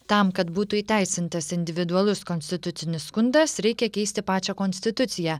tam kad būtų įteisintas individualus konstitucinis skundas reikia keisti pačią konstituciją